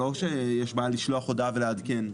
לא שיש בעיה לשלוח הודעה ולעדכן.